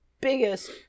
biggest